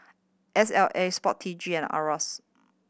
S L A Sport T G and IRAS